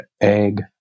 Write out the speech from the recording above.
egg